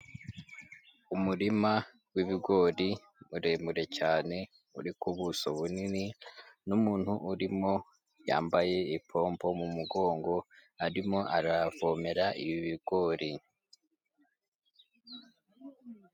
Umurima w'ibigori muremure cyane uri ku buso bunini n'umuntu urimo yambaye ipopo mu mugongo arimo aravomera ibigori.